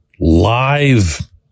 live